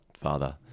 Father